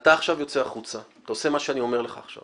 אתה עכשיו יוצא החוצה אתה עושה מה שאני אומר לך עכשיו